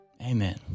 Amen